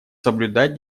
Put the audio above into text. соблюдать